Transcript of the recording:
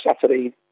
Saturday